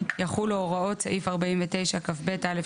יחולו הוראות סעיף 49כב(א3),